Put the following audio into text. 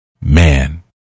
man